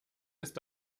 ist